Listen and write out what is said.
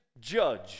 judge